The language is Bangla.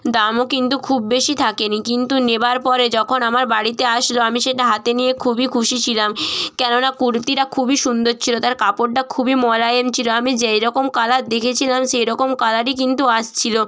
দামও কিন্তু খুব বেশি থাকেনি কিন্তু নেওয়ার পরে যখন আমার বাড়িতে আসলো আমি সেটা হাতে নিয়ে খুবই খুশি ছিলাম কেননা কুর্তিটা খুবই সুন্দর ছিল তার কাপড়টা খুবই মোলায়েম ছিল আমি যেই রকম কালার দেখেছিলাম সেই রকম কালারই কিন্তু এসেছিল